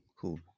cool